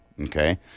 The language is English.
Okay